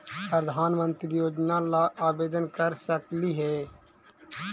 प्रधानमंत्री योजना ला आवेदन कर सकली हे?